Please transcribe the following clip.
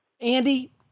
Andy